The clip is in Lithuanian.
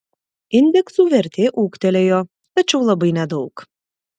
indeksų vertė ūgtelėjo tačiau labai nedaug